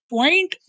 point